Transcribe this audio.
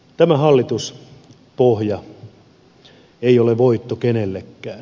tämä hallituspohja ei ole voitto kenellekään